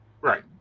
right